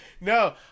no